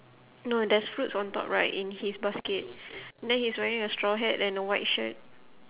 no there's fruits on top right in his basket then he's wearing a straw hat and a white shirt